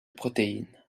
protéines